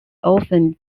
often